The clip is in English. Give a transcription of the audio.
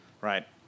right